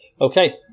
Okay